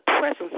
presence